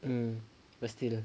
mm but still